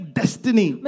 destiny